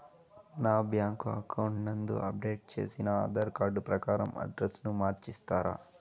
నా bank account నందు update చేసిన ఆధార్ కార్డు ప్రకారం అడ్రస్ ను మార్చిస్తారా?